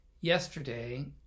yesterday